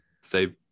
say